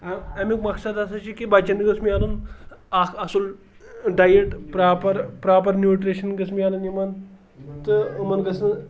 اَمیُک مقصد ہَسا چھُ کہِ بَچَن گٔژھ میلُن اَکھ اَصٕل ڈایٹ پرٛاپَر پرٛاپَر نیوٗٹِرٛشَن گٔژھ میلُن یِمَن تہٕ یِمَن گٔژھ نہٕ